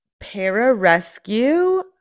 Pararescue